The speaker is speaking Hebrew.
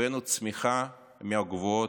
הבאנו צמיחה מהגבוהות,